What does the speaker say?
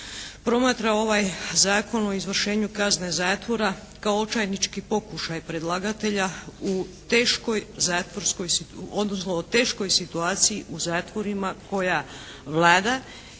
promatra ovaj Zakon o izvršenju kazne zatvora kao očajnički pokušaj predlagatelja u teškoj zatvorskoj, odnosno o teškoj situaciji u zatvorima koja vlada